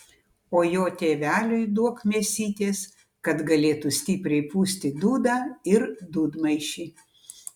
o jo tėveliui duok mėsytės kad galėtų stipriai pūsti dūdą ir dūdmaišį